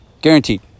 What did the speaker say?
Guaranteed